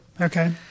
Okay